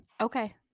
Okay